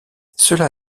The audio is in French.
cela